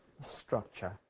structure